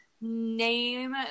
Name